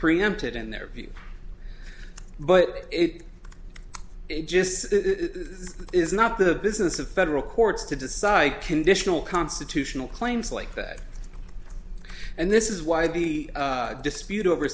preempted in their view but it it just is not the business of federal courts to decide conditional constitutional claims like that and this is why the dispute over